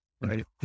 right